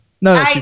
No